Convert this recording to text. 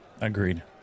Agreed